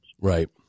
Right